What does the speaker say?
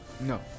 No